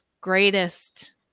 greatest